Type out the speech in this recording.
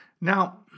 Now